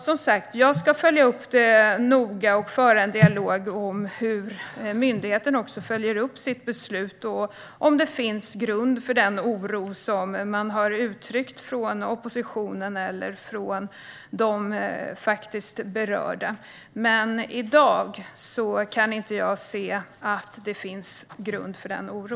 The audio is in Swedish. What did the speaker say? Som sagt ska jag följa upp detta noga och föra en dialog om hur myndigheten följer upp sitt beslut och om det finns grund för den oro som oppositionen och de faktiskt berörda har uttryckt. I dag kan jag inte se att det finns grund för denna oro.